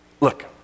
Look